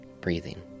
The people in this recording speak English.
breathing